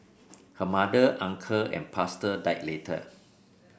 her mother uncle and pastor died later